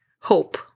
hope